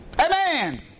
Amen